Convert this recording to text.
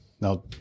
Now